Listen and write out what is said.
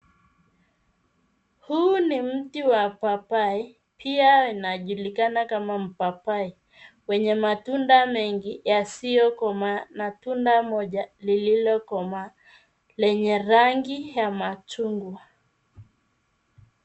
Huu ni mti wa papai pia inajulikana kama mpapai wenye matunda mengi yasiyokomaa na tunda moja lililokomaa lenye rangi ya machungwa